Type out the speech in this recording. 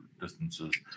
distances